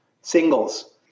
singles